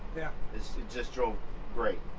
yeah it just drove great.